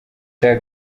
cya